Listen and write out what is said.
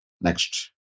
Next